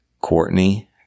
Courtney